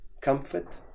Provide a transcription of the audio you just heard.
Comfort